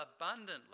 abundantly